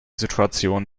situation